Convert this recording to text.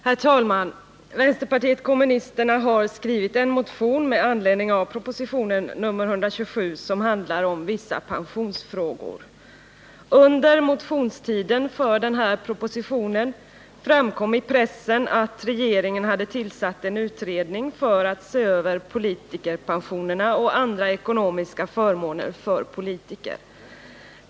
Herr talman! Vänsterpartiet kommunisterna har skrivit en motion med anledning av proposition nr 127, som handlar om vissa pensionsfrågor. Under tiden för motioner med anledning av den propositionen framkom i pressen att regeringen hade tillsatt en utredning för att se över politikerpensionerna och andra ekonomiska förmåner för politiker.